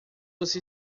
você